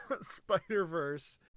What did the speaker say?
Spider-Verse